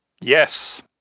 Yes